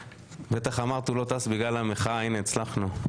בטח אמרת הוא לא טס בגלל המחאה הנה הצלחנו.